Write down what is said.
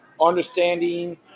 Understanding